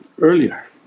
earlier